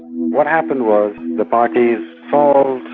what happened was the parties um